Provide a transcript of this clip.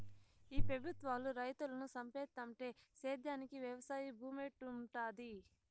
ఈ పెబుత్వాలు రైతులను సంపేత్తంటే సేద్యానికి వెవసాయ భూమేడుంటది